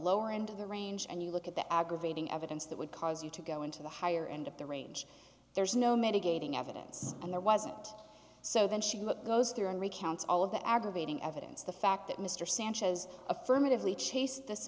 lower end of the range and you look at the aggravating evidence that would cause you to go into the higher end of the range there's no mitigating evidence and there wasn't so then she looked goes through and recounts all of the aggravating evidence the fact that mr sanchez affirmatively chase this